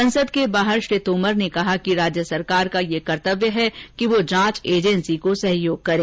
संसदके बाहर श्री तोमर ने कहा कि राज्य सरकार का यह कर्तव्य है कि वह जांच एजेंसी को सहयोग करे